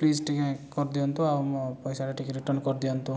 please ଟିକିଏ କରିଦିଅନ୍ତୁ ଆଉ ମୋ ପଇସାଟା ଟିକିଏ ରିଟର୍ଣ୍ଣ କରିଦିଅନ୍ତୁ